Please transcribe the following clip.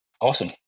Awesome